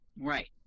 right